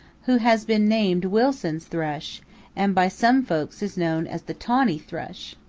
who has been named wilson's thrush and by some folks is known as the tawny thrush.